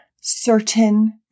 certain